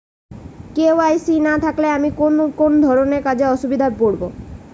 KYC না থাকলে আমি কোন কোন ধরনের কাজে অসুবিধায় পড়ব?